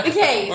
Okay